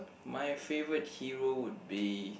my favorite hero would be